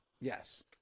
Yes